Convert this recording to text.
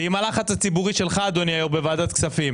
ועם הלחץ הציבורי שלך אדוני היו"ר בוועדת כספים